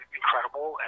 incredible